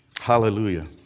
Hallelujah